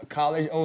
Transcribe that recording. college